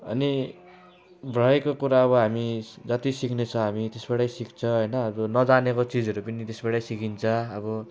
अनि भएको कुरा अब हामी जति सिक्नुछ हामी त्यसबाट सिक्छ होइन जो नजानेको चिजहरू पनि त्यसबाट सिकिन्छ अब